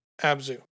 Abzu